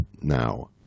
now